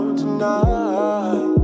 tonight